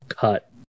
cut